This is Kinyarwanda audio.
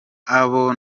abo